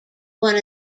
one